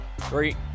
Three